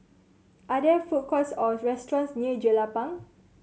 are there food courts or restaurants near Jelapang